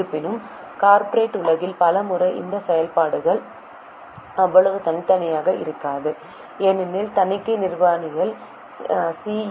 இருப்பினும் கார்ப்பரேட் உலகில் பல முறை இந்த செயல்பாடுகள் அவ்வளவு தனித்தனியாக இருக்காது ஏனெனில் தணிக்கை நிர்வாகிகள் சி